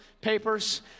papers